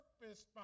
Purpose